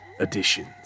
Editions